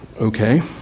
okay